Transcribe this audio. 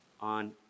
on